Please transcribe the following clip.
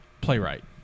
playwright